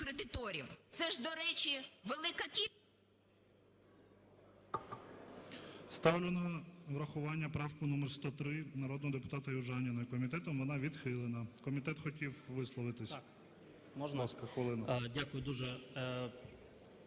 Це ж, до речі, велика... ГОЛОВУЮЧИЙ. Ставлю на врахування правку номер 103 народного депутата Южаніної. Комітетом вона відхилена. Комітет хотів висловитись. Будь